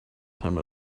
time